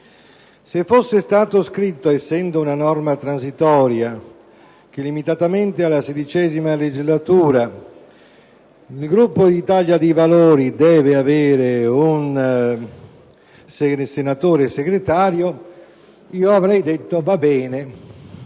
se fosse stato scritto, essendo una norma transitoria, che limitatamente alla XVI legislatura il Gruppo Italia dei Valori deve avere un senatore Segretario, sarei stato d'accordo;